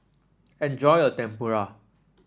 enjoy your Tempura